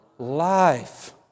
Life